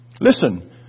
Listen